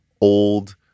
old